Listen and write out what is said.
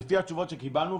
לפי התשובות שקיבלנו,